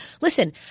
Listen